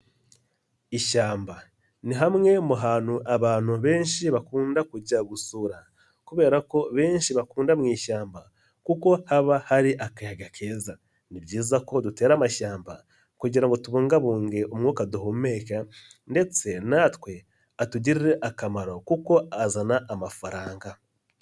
Ishyamba ni hamwe mu hantu abantu benshi bakunda kujya gusura, kubera ko benshi bakunda mu ishyamba kuko haba hari akayaga keza. Ni byiza ko dutera amashyamba kugira ngo tubungabunge umwuka duhumeka, ndetse natwe atugirire akamaro kuko azana amafaranga.